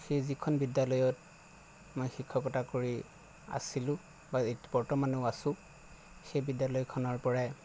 সেই যিখন বিদ্যালয়ত মই শিক্ষকতা কৰি আছিলোঁ বা এত বৰ্তমানেও আছোঁ সেই বিদ্যালয়খনৰ পৰাই